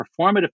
performative